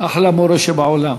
אחלה מורה שבעולם.